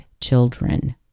children